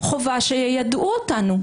חובה שייעדו אותנו.